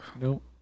Nope